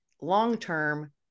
long-term